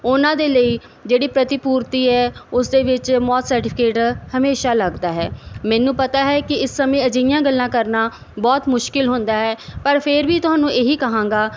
ਉਹਨਾ ਦੇ ਲਈ ਜਿਹੜੀ ਪ੍ਰਤੀ ਪੂਰਤੀ ਹੈ ਉਸਦੇ ਵਿੱਚ ਮੌਤ ਸਰਟੀਫਿਕੇਟ ਹਮੇਸ਼ਾ ਲੱਗਦਾ ਹੈ ਮੈਨੂੰ ਪਤਾ ਹੈ ਕਿ ਇਸ ਸਮੇਂ ਅਜਿਹੀਆਂ ਗੱਲਾਂ ਕਰਨਾ ਬਹੁਤ ਮੁਸ਼ਕਿਲ ਹੁੰਦਾ ਹੈ ਪਰ ਫਿਰ ਵੀ ਤੁਹਾਨੂੰ ਇਹੀ ਕਹਾਂਗਾ